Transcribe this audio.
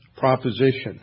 proposition